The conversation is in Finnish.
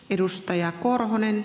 arvoisa puhemies